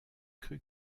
cru